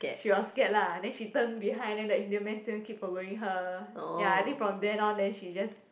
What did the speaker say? she was scared lah then she turn behind then the Indian man still keep following her ya I think from then on then she just